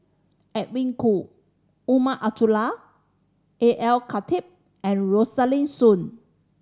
Edwin Koo Umar Abdullah A L Khatib and Rosaline Soon